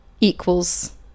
equals